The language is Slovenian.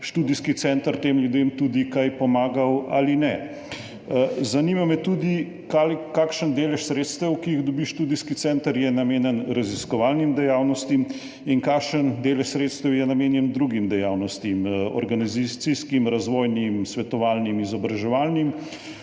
narodno spravo tem ljudem tudi kaj pomagal ali ne? Kakšen delež sredstev, ki jih dobi študijski center, je namenjen raziskovalnim dejavnostim, in kakšen delež sredstev je namenjen drugim dejavnostim, organizacijskim, razvojnim, svetovalnim, izobraževalnim?